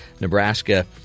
Nebraska